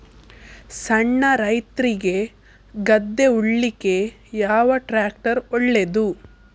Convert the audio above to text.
ಸಣ್ಣ ರೈತ್ರಿಗೆ ಗದ್ದೆ ಉಳ್ಳಿಕೆ ಯಾವ ಟ್ರ್ಯಾಕ್ಟರ್ ಒಳ್ಳೆದು?